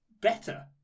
Better